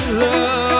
love